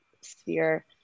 sphere